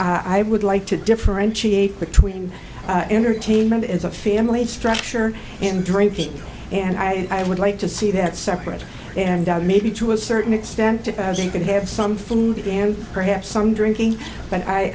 i would like to differentiate between entertainment as a family structure and drinking and i would like to see that separate and maybe to a certain extent you can have some food and perhaps some drinking but i